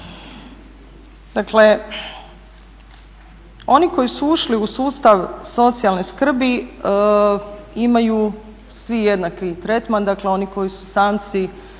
Dakle, oni koji su ušli u sustav socijalne skrbi imaju svi jednaki tretman, dakle oni koji su samci